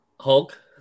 Hulk